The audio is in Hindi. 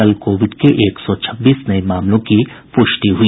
कल कोविड के एक सौ छब्बीस नये मामलों की पुष्टि हुई